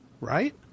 right